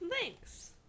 Thanks